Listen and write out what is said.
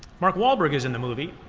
mark wahlberg is in the movie,